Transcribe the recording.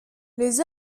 les